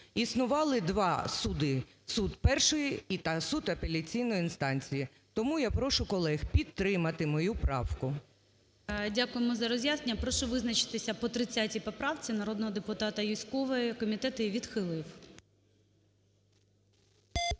існували два суди: суд першої та суд апеляційної інстанції. Тому я прошу колег підтримати мою правку. ГОЛОВУЮЧИЙ. Дякуємо за роз'яснення. Прошу визначитися по 30-й поправці народного депутата Юзькової. Комітет її відхилив.